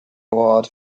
award